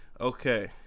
okay